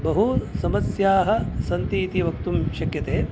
बहु समस्याः सन्ति इति वक्तुं शक्यते